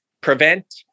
prevent